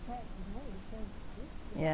yeah